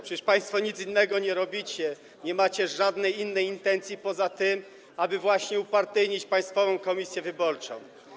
Przecież państwo nic innego nie robicie, nie macie żadnej innej intencji poza tą, aby właśnie upartyjnić Państwową Komisję Wyborczą.